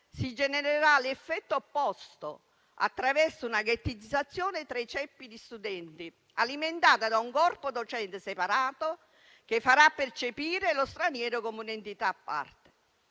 si genererà l'effetto opposto, attraverso una ghettizzazione tra i ceppi di studenti, alimentata da un corpo docente separato che farà percepire lo straniero come un'entità a parte.